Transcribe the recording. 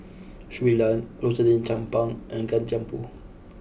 Shui Lan Rosaline Chan Pang and Gan Thiam Poh